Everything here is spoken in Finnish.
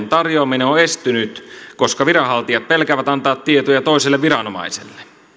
tarjoaminen on on estynyt koska viranhaltijat pelkäävät antaa tietoja toiselle viranomaiselle